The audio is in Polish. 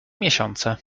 miesiące